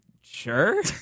sure